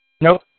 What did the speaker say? Nope